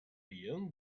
young